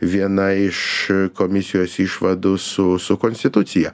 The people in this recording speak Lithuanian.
viena iš komisijos išvadų su su konstitucija